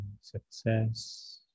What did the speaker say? success